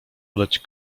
podać